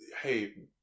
Hey